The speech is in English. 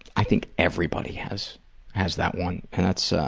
i think everybody has has that one, and that's